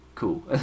Cool